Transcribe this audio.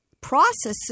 processes